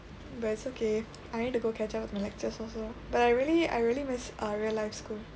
but it's okay I need to go catch up on my lecturers also but I really I really miss err real life school